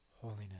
holiness